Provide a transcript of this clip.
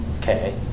Okay